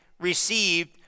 received